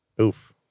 Oof